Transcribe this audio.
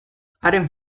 haren